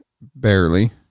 Barely